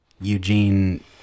eugene